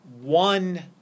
one